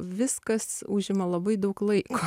viskas užima labai daug laiko